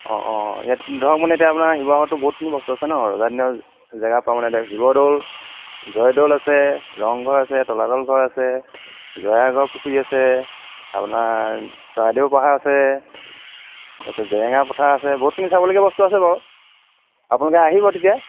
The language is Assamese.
অঁ অঁ ইয়াত ধৰক মানে এতিয়া আপোনাৰ শিৱসাগৰতো বহুতখিনি বস্তু আছে ন ৰজাৰ দিনৰ জেগাৰপৰা মানে শিৱদৌল জয়দৌল আছে ৰংঘৰ আছে তলাতল ঘৰ আছে জয়সাগৰ পুখুৰী আছে আপোনাৰ চৰাইদেউ পাহাৰ আছে তাতে জেৰেঙা পথাৰ আছে বহুতখিনি চাবলগীয়া বস্তু আছে বাৰু আপোনালোকে আহিব তেতিয়া